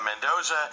Mendoza